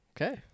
Okay